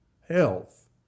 health